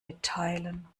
mitteilen